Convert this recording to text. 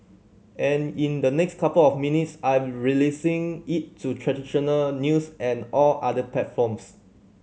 and in the next couple of minutes I'm releasing it to traditional news and all other platforms